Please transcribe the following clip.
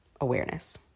awareness